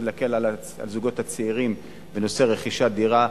להקל על זוגות צעירים בנושא רכישת דירה,